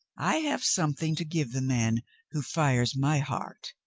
i have something to give the man who fires my heart.